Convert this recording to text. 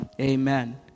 Amen